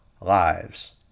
lives